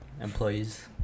employees